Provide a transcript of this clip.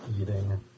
eating